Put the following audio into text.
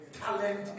talent